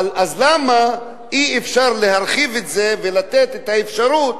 אז למה אי-אפשר להרחיב את זה ולתת את האפשרות